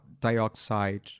dioxide